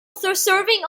serving